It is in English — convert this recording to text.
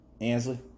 Ansley